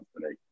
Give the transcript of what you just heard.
today